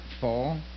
fall